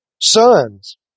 sons